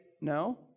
No